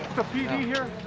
the pd here?